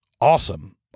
awesome